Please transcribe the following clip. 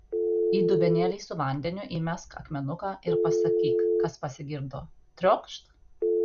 į dubenėlį su vandeniu įmesk akmenuką ir pasakyk kas pasigirdo triokšt